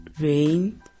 rain